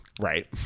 Right